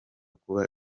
kuba